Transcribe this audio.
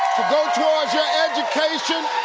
go towards your education